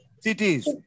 Cities